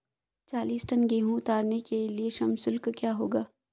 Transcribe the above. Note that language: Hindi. चालीस टन गेहूँ उतारने के लिए श्रम शुल्क क्या होगा?